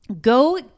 Go